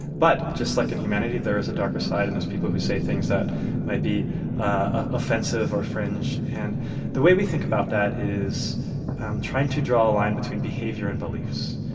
but just like in humanity, there is a darker side in this, people who say things that might be offensive or fringe. and the way we think about that is trying to draw a line between behavior and beliefs.